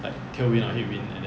like tailwind or headwind and then